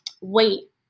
Wait